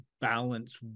balance